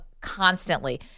constantly